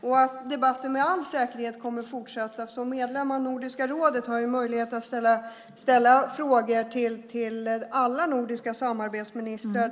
Den kommer med all säkerhet att fortsätta. Som medlem av Nordiska rådet har jag möjlighet att ställa frågor till alla nordiska samarbetsministrar.